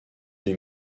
des